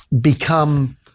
become